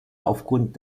aufgrund